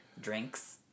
drinks